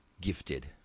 gifted